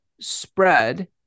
spread